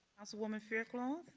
councilwoman fairclough.